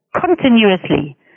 continuously